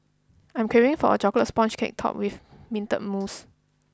I am craving for a chocolate sponge cake topped with minted mousse